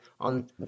on